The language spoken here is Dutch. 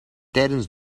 tijdens